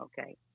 Okay